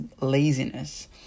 laziness